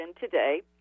today